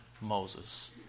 Moses